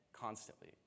constantly